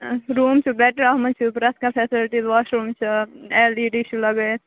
room چھُ better اَتھ منٛز چھُ پرٛٮ۪تھ کانٛہہ فٮ۪سَلٹی واش روٗم چھُ اٮ۪ل ڈی ڈی چھُ لَگٲیِتھ